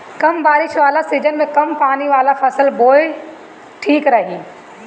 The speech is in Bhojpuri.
कम बारिश वाला सीजन में कम पानी वाला फसल बोए त ठीक रही